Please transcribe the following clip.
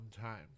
time